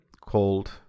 called